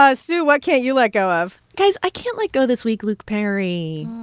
ah sue, what can't you let go of? guys, i can't let go this week luke perry.